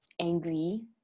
angry